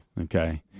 okay